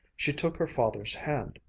she took her father's hand.